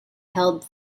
held